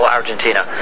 Argentina